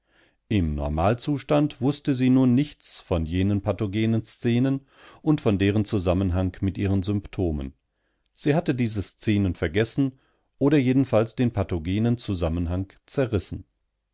im normalzustand wußte sie nun nichts von jenen pathogenen szenen und von deren zusammenhang mit ihren symptomen sie hatte diese szenen vergessen oder jedenfalls den pathogenen zusammenhang zerrissen